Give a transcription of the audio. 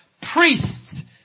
priests